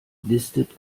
listet